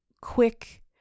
quick